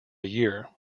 year